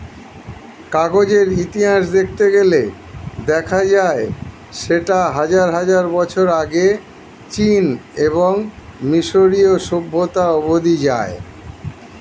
কাগজের ইতিহাস দেখতে গেলে দেখা যায় সেটা হাজার হাজার বছর আগে চীন এবং মিশরীয় সভ্যতা অবধি যায়